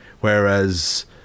whereas